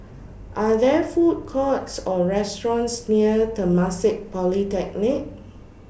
Are There Food Courts Or restaurants near Temasek Polytechnic